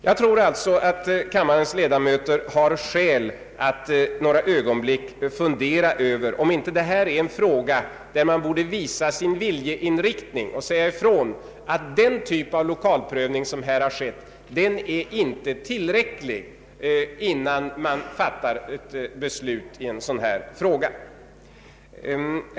Jag tror alltså att kammarens ledamöter har alla skäl att några ögonblick fundera över om inte detta är en angelägenhet där man borde visa sin viljeinriktning och säga ifrån att den typ av lokalprövning som här förekommit inte är tillräcklig, innan man fattar ett beslut i en sådan här fråga.